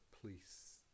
police